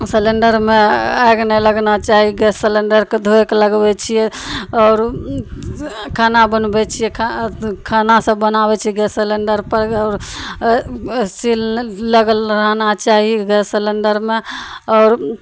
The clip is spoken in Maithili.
सिलिण्डरमे आगि नहि लगना चाही गैस सिलिण्डरके धोकऽ लगबय छियै आओर उ एँ खाना बनबय छियै खा अँ खाना सब बनाबय छियै गैस सिलिण्डरपर आओर एह एह सील लगल रहना चाही गैस सिलिण्डरमे आओर उ